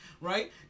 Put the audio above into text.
right